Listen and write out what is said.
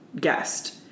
guest